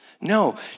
No